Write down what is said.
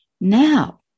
Now